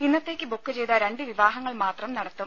ഇന്നത്തേക്ക് ബുക്ക് ചെയ്ത രണ്ട് വിവാഹങ്ങൾ മാത്രം നടത്തും